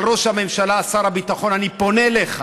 אבל ראש הממשלה ושר הביטחון, אני פונה אליך: